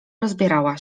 rozbierała